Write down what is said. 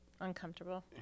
Uncomfortable